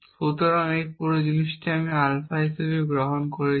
সুতরাং এই পুরো জিনিস আমি আলফা হিসাবে গ্রহণ করছি